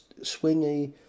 swingy